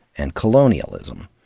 and colonialism.